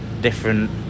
different